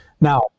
Now